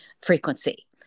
frequency